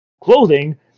clothing